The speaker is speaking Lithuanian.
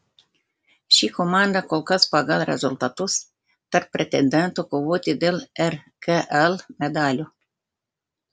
ši komanda kol kas pagal rezultatus tarp pretendentų kovoti dėl rkl medalių